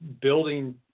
building